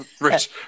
Rich